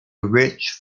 rich